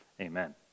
Amen